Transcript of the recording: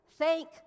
Thank